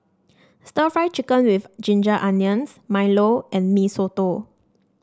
stir Fry Chicken with Ginger Onions Milo and Mee Soto